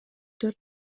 төрт